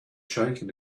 shaken